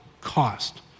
cost